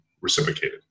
reciprocated